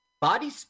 Body